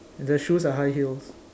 the shoes are high heels